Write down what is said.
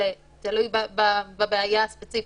תלוי בבעיה הספציפית.